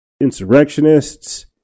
insurrectionists